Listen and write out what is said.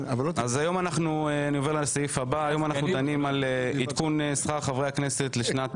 אני עובר לסעיף הבא: היום אנחנו דנים על עדכון שכר חברי הכנסת לשנת